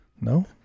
No